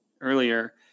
earlier